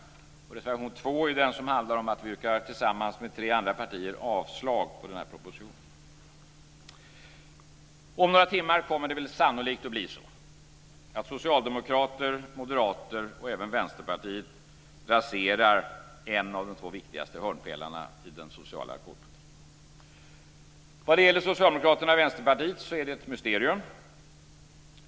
I reservation 2 yrkar vi, tillsammans med tre andra partier, avslag på propositionen. Om några timmar kommer det sannolikt att bli så att socialdemokrater, moderater och även vänsterpartister, raserar en av de två viktigaste hörnpelarna i den sociala alkoholpolitiken. Vad gäller Socialdemokraterna och Vänsterpartiet är det ett mysterium.